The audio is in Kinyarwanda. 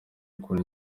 ukuntu